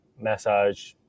massage